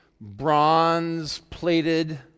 bronze-plated